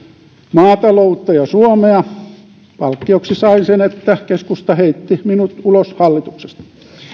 maataloutta ja suomea palkkioksi sain sen että keskusta heitti minut ulos hallituksesta